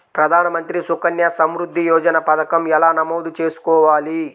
ప్రధాన మంత్రి సుకన్య సంవృద్ధి యోజన పథకం ఎలా నమోదు చేసుకోవాలీ?